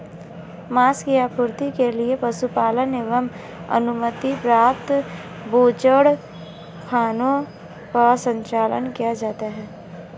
माँस की आपूर्ति के लिए पशुपालन एवं अनुमति प्राप्त बूचड़खानों का संचालन किया जाता है